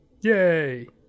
Yay